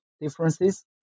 differences